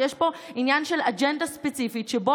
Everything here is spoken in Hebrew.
יש פה עניין של אג'נדה ספציפית שבה